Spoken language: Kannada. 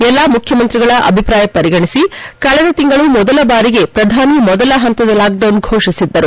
ಎಲ್ಲಾ ಮುಖ್ಯಮಂತ್ರಿಗಳ ಅಭಿಪ್ರಾಯ ಪರಿಗಣಿಸಿ ಕಳೆದ ತಿಂಗಳು ಮೊದಲ ಬಾರಿಗೆ ಪ್ರಧಾನಿ ಮೊದಲ ಹಂತದ ಲಾಕ್ಡೌನ್ ಫೋಷಿಸಿದ್ದರು